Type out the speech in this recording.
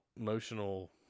emotional